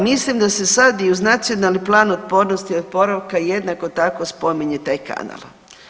Mislim da se sad i uz Nacionalni plan otpornosti i oporavka jednako tako spominje taj kanal.